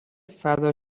فدا